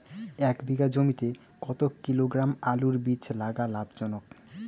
এক বিঘা জমিতে কতো কিলোগ্রাম আলুর বীজ লাগা লাভজনক?